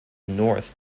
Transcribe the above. north